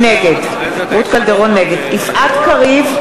נגד יפעת קריב,